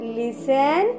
listen